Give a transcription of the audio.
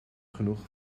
genoeg